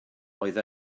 oedd